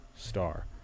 star